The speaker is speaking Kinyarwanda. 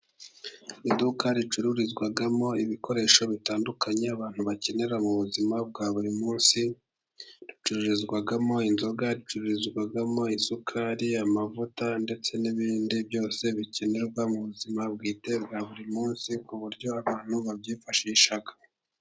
Iduka ricururizwamo ibikoresho bitandukanye abantu bakenera mu buzima bwa buri munsi. Ricururizwamo inzoga, ricururizwamo isukari, amavuta ndetse n'ibindi byose bikenerwa mu buzima bwite bwa buri munsi. Ku buryo abantu babyifashisha.